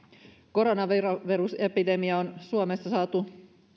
koronavirusepidemia on suomessa saatu